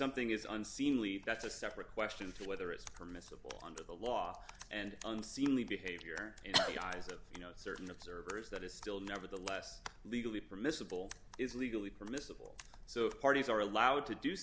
something is unseemly that's a separate question to whether it's permissible under the law and unseemly behavior in the eyes of you know certain observers that is still nevertheless legally permissible is legally permissible so if parties are allowed to do